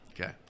Okay